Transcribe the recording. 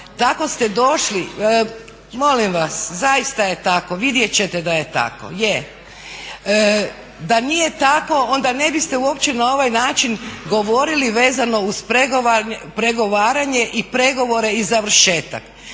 Tako ste došli, molim vas, zaista je tako, vidjet ćete da je tako. Da nije tako onda ne biste uopće na ovaj način govorili vezano uz pregovaranje i pregovore i završetak.